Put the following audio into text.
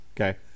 Okay